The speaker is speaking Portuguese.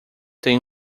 têm